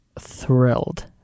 thrilled